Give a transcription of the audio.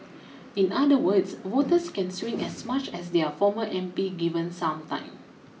in other words voters can swing as much as their former M P given some time